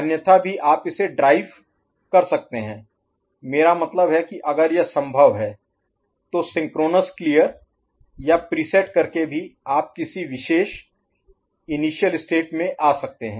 अन्यथा भी आप इसे ड्राइव कर सकते हैं मेरा मतलब है कि अगर यह संभव है तो सिंक्रोनस क्लियर या प्रीसेट करके भी आप किसी विशेष इनिशियल स्टेट में आ सकते हैं